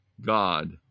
God